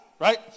Right